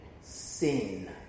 sin